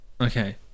okay